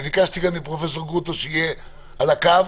וביקשתי גם מפרופ' גרוטו שיהיה על הקו.